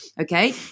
okay